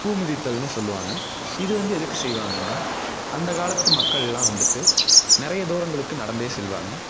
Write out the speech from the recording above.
பூ மிதித்தல்ன்னு சொல்லுவாங்க இது வந்து எதுக்கு செய்வாங்கன்னா அந்த காலத்து மக்கள் எல்லாம் வந்துவிட்டு நிறைய தூரங்களுக்கு நடந்தே செல்வாங்க